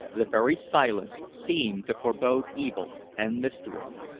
the very silence seemed to forbode evil and mystery.